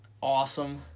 awesome